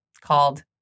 called